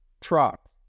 truck